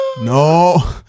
No